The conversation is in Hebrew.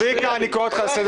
צביקה, אני קורא אותך לסדר.